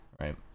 right